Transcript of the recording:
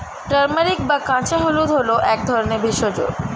turmeric বা কাঁচা হলুদ হল এক ধরনের ভেষজ